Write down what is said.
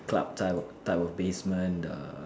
club type of type of basement the